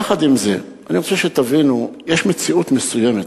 עם זה, יש מציאות מסוימת,